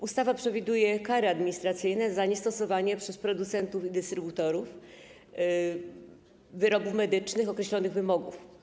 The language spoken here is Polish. Ustawa przewiduje kary administracyjne za niestosowanie się producentów i dystrybutorów wyrobów medycznych do określonych wymogów.